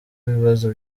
ibibazo